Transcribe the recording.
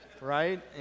right